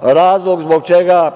razlog zbog čega